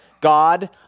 God